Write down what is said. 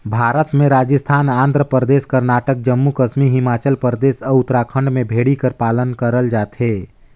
भारत में राजिस्थान, आंध्र परदेस, करनाटक, जम्मू कस्मी हिमाचल परदेस, अउ उत्तराखंड में भेड़ी कर पालन करल जाथे